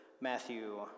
Matthew